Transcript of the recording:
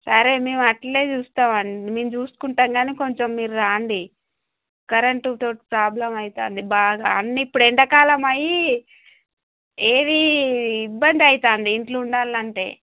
సరే మేము అట్లే చూస్తాండి మేము చూసుకుంటాం కానీ కొంచెం మీరు రాండి కరెంటుతో ప్రాబ్లం అవుతుంది అడి బాగా అన్ని ఇప్పుడు ఎండాకాలం అయ్యి ఏది ఇబ్బంది అవుతుంది ఇంట్లో ఉండాలంటే